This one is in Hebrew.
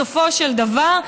בסופו של דבר,